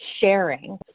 sharing